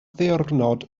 ddiwrnod